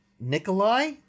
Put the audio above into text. Nikolai